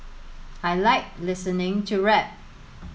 I like listening to rap